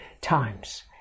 times